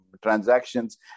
transactions